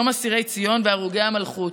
יום אסירי ציון והרוגי המלכות.